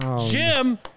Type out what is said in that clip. Jim